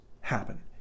happen